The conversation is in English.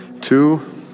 Two